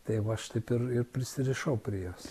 tai va aš taip ir ir prisirišau prie jos